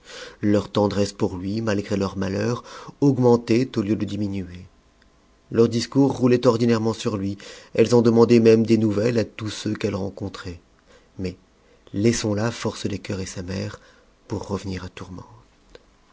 leur tendresse pour lui malgré leurs malheurs augmentait au lieu de diminuer leurs discours roulaient ordinairement sur lui elles en demandaient même des nouvelles à tous ceux qu'elles rencontraient mais laissons là force des coeurs et sa mère pour revenir à tourmente